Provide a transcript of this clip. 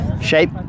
Shape